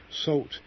salt